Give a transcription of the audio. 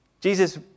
Jesus